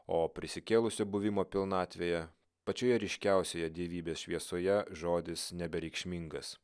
o prisikėlusio buvimo pilnatvėje pačioje ryškiausioje dievybės šviesoje žodis nebereikšmingas